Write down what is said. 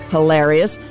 Hilarious